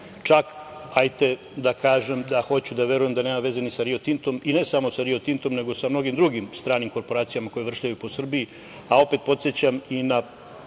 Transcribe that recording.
čak, hajde da kažem da hoću da verujem da nema veze ni sa Rio Tintom i ne samo sa Rio Tintom nego sa mnogim drugim stranim korporacijama koje vršljaju po Srbiji, a opet podsećam i na